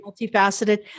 multifaceted